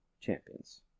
Champions